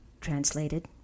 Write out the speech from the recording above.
Translated